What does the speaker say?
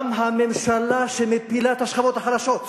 גם הממשלה שמפילה את השכבות החלשות.